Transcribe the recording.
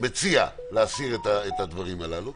מציע להסיר את הדברים הללו.